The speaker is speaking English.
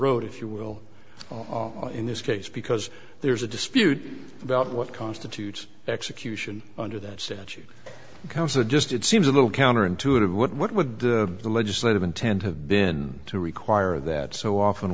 road if you will in this case because there's a dispute about what constitutes execution under that statute becomes a just it seems a little counterintuitive what would the legislative intent have been to require that so often